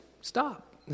stop